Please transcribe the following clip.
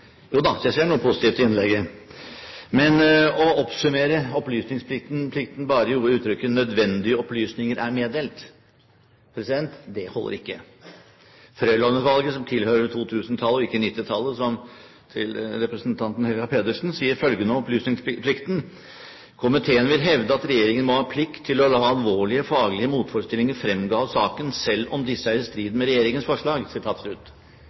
jeg ser noe positivt i innlegget. Men å oppsummere opplysningsplikten bare i uttrykket «nødvendige opplysninger er meddelt», holder ikke. Frøiland-utvalget, som tilhører 2000-tallet og ikke 1990-tallet, som representanten Helga Pedersen sa, sier følgende om opplysningsplikten: «Komiteen vil hevde at regjeringen må ha plikt til å la alvorlige faglige motforestillinger fremgå av saken selv om disse er i strid med regjeringens forslag.»